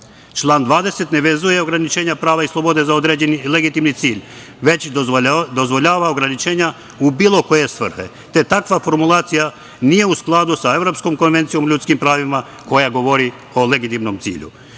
20. ne vezuje ograničenja prava i slobode za određeni legitimni cilj, već dozvoljava ograničenja u bilo koje svrhe, te takva formulacija nije u skladu sa Evropskom konvencijom o ljudskim pravima koja govori o legitimnom cilju.U